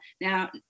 now